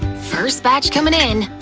first batch comin' in!